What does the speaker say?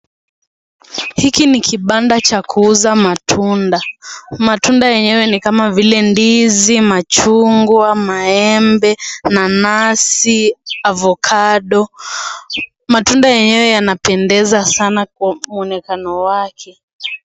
Hiki ni kibanda cha kuuza matunda. Matunda yenyewe ni kama vile ndizi, machungwa, maembe, nanasi avokado, matunda yenyewe yanapendeza sana kwa mwonekano wake.